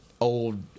old